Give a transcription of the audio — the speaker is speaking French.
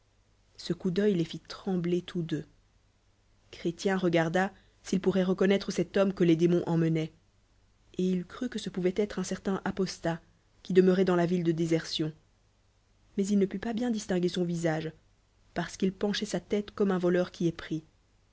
ce coup doeil les fit lrembier tous deux chrétien regarda s'il pourro t reconnoitre cet homme que pes démo a emmenoient et il crut que ce pouvoit être on certain apol tat pu demeurait dans la ville de déserlïoo mais il ne put pas bien distinguer son visage parce qu'il penchoit sa tète comme un voleur qui est pris